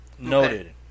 noted